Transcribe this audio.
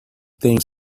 things